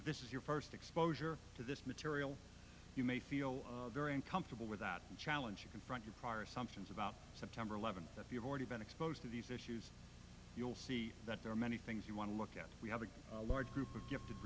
this is your first exposure to this material you may feel very uncomfortable with that challenge to confront your prior assumptions about september eleventh if you've already been exposed to these issues you will see that there are many things you want to look at we have a large group of gifted